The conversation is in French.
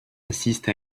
assiste